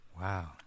Wow